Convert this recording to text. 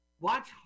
Watch